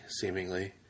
seemingly